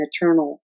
eternal